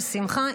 בשמחה,